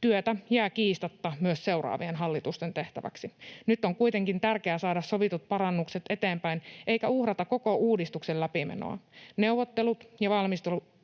Työtä jää kiistatta myös seuraavien hallitusten tehtäväksi. Nyt on kuitenkin tärkeää saada sovitut parannukset eteenpäin, eikä uhrata koko uudistuksen läpimenoa. Neuvottelut ja valmistelu